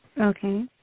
Okay